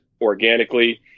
organically